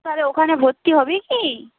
তাহলে ওখানে ভর্তি হবি কি